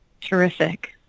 Terrific